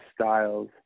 styles